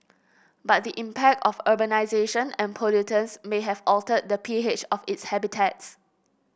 but the impact of urbanisation and pollutants may have altered the P H of its habitats